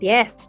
Yes